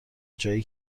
جایی